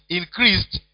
increased